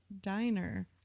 Diner